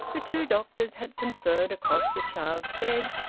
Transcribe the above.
the two doctors had conferred across the child's bed,